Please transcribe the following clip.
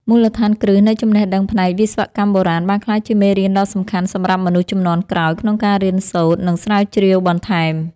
មូលដ្ឋានគ្រឹះនៃចំណេះដឹងផ្នែកវិស្វកម្មបុរាណបានក្លាយជាមេរៀនដ៏សំខាន់សម្រាប់មនុស្សជំនាន់ក្រោយក្នុងការរៀនសូត្រ និងស្រាវជ្រាវបន្ថែម។